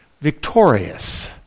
victorious